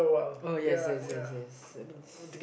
uh yes yes yes yes that means